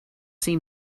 seem